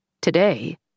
Today